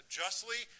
justly